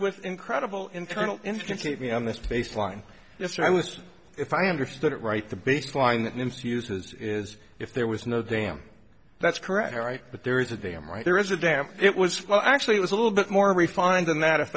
h incredible internal instantly on this baseline yes i was if i understood it right the baseline that infuses is if there was no damn that's correct or right but there is a damn right there is a damn it was full actually it was a little bit more refined than that if